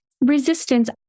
resistance